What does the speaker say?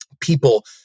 people